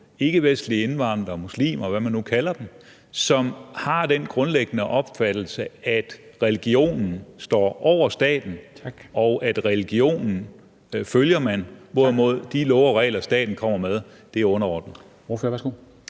ikkevestlige indvandrere, muslimer, og hvad man nu kalder dem, som har den grundlæggende opfattelse, at religionen står over staten, og at religionen følger man, hvorimod de love og regler, staten kommer med, er underordnet?